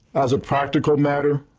as a practical matter,